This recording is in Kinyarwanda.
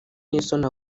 n’isoni